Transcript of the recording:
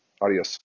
Adios